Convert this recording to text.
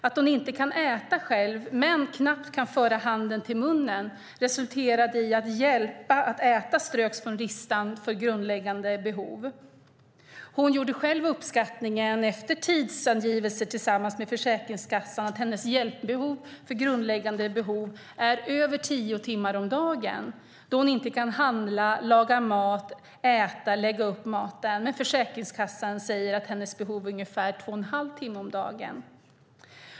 Hon kan inte äta själv, men att hon - knappt - kan föra handen till munnen resulterade i att hjälp med att äta ströks från listan över grundläggande behov. Adriana själv har efter tidsangivelser tillsammans med Försäkringskassan uppskattat sitt hjälpbehov, grundläggande behov, till över tio timmar om dagen eftersom hon inte kan handla, laga mat, lägga upp maten eller äta. Men Försäkringskassan säger att hon behöver hjälp ungefär två och en halv timme om dagen.